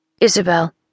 Isabel